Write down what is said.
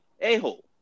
a-hole